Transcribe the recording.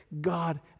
God